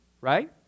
right